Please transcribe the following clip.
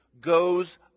goes